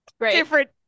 different